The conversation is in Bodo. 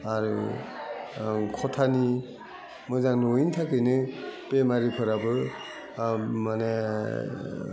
आरो खथानि मोजां नङैनि थाखायनो बेमारिफोराबो माने